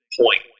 point